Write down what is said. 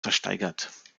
versteigert